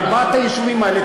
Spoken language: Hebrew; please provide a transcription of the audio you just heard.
ארבעת היישובים האלה,